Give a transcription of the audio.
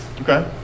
okay